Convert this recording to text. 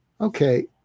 okay